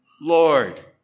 Lord